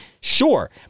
Sure